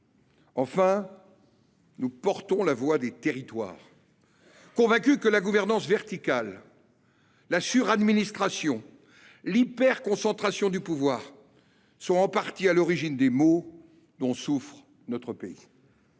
Enfin, nous portons la voix des territoires. Nous sommes convaincus que la gouvernance verticale, la suradministration et l’hyperconcentration du pouvoir sont en partie à l’origine des maux dont souffre notre pays.